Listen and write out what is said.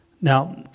Now